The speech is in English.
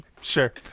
Sure